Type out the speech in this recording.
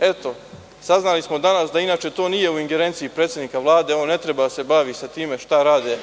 Eto, sazvali smo danas da to inače nije u ingerenciji predsednika Vlade, da on ne treba da se bavi time šta rade